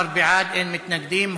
13 בעד, אין מתנגדים.